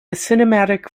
cinematic